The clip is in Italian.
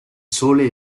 sole